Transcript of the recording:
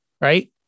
right